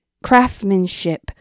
Craftsmanship